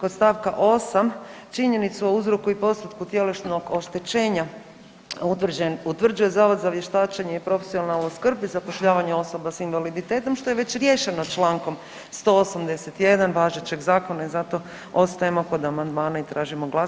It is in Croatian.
kod st. 8 činjenicu o uzroku i postotku tjelesnog oštećenja utvrđuje Zavod za vještačenje i profesionalnu skrb i zapošljavanje osoba s invaliditetom, što je već riješeno čl. 181. važećeg zakona i zato ostajemo kod amandmana i tražimo glasovanje.